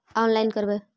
Online करवे?